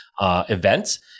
events